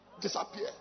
Disappear